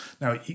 Now